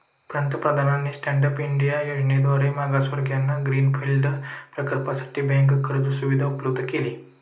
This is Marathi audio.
पंतप्रधानांनी स्टँड अप इंडिया योजनेद्वारे मागासवर्गीयांना ग्रीन फील्ड प्रकल्पासाठी बँक कर्ज सुविधा उपलब्ध केली